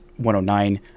109